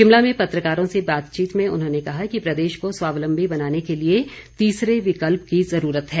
शिमला में पत्रकारों से बातचीत में उन्होंने कहा कि प्रदेश को स्वावलम्बी बनाने के लिए तीसरे विकल्प की ज़रूरत है